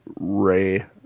ray